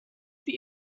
für